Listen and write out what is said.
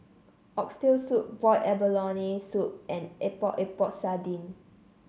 Oxtail Soup Boiled Abalone Soup and Epok Epok Sardin